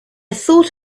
thought